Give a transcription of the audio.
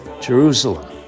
Jerusalem